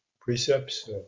precepts